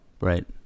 right